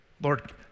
Lord